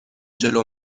جلو